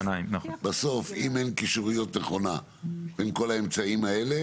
בסוף אם אין קישוריות נכונה עם כל האמצעים האלה